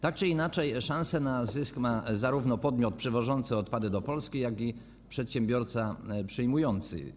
Tak czy inaczej szansę na zysk ma zarówno podmiot przywożący odpady do Polski, jak i przedsiębiorca je przyjmujący.